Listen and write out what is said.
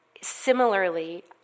similarly